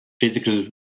physical